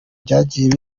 byagiye